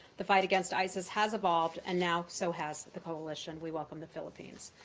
the fight against isis has evolved, and now so has the coalition. we welcome the philippines.